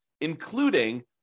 including